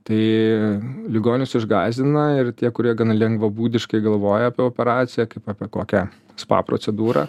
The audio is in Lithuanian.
tai ligonius išgąsdina ir tie kurie gana lengvabūdiškai galvoja apie operaciją kaip apie kokią spa procedūrą